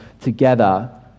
together